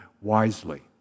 wisely